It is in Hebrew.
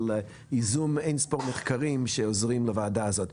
על ייזום אין-ספור מחקרים שעוזרים לוועדה הזאת.